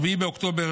7 באוקטובר,